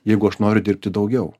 jeigu aš noriu dirbti daugiau